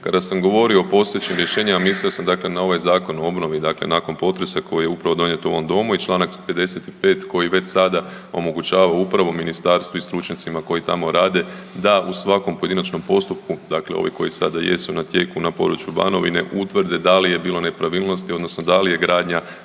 Kada sam govorio o postojećim rješenjima mislio sam dakle na ovaj zakon o obnovi dakle nakon potresa koji je upravo donijet u ovom domu i Članak 55. koji već sada omogućava upravo ministarstvu i stručnjacima koji tamo rade da u svakom pojedinačnom postupku, dakle ovi koji sada jesu na tijeku na području Banovine utvrde da li je bilo nepravilnosti odnosno da li je gradnja